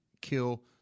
kill